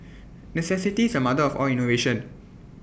necessity is the mother of all innovation